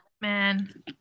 man